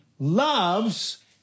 Loves